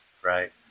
right